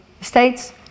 states